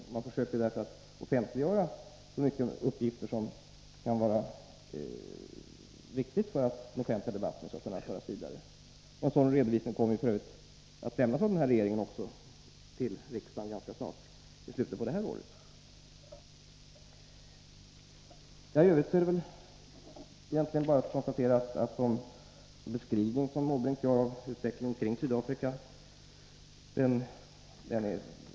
Regeringen försöker därför offentliggöra så många uppgifter som det kan vara riktigt att lämna ut för att den offentliga debatten skall föras vidare. En sådan redovisning kommer f. ö. också att lämnas av regeringen till riksdagen i slutet av det här året. I övrigt tror jag att alla kan instämma i Bertil Måbrinks beskrivning av utvecklingen i Sydafrika.